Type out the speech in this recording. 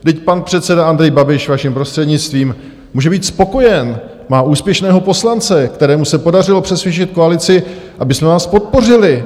Vždyť pan předseda Andrej Babiš, vaším prostřednictvím, může být spokojen, má úspěšného poslance, kterému se podařilo přesvědčit koalici, abychom vás podpořili.